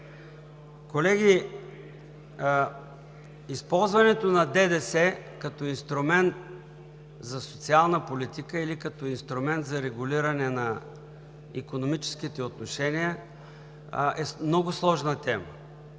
Колеги, използването на ДДС като инструмент за социална политика или като инструмент за регулиране на икономическите отношения е много сложна тема.